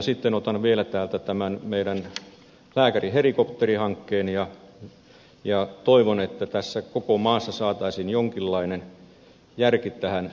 sitten otan vielä täältä tämän meidän lääkärihelikopterihankkeemme ja toivon että koko maassa saataisiin jonkinlainen järki tähän lääkärihelikopteritoimintaan